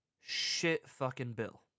shit-fucking-bill